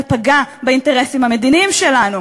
ופגע באינטרסים המדיניים שלנו.